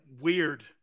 weird